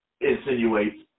insinuates